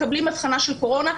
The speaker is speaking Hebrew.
מקבלים אבחנה של קורונה,